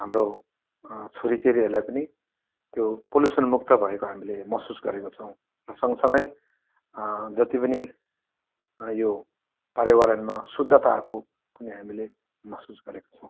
हाम्रो छोरी चेलीहरूलाई पनि त्यो पल्युसन् मुक्त भएको हामीले महसुस गरेका छौँ र सँगसँगै जति पनि यो पर्यावरणमा शुद्धताको पनि हामीले महसुस गरेका छौँ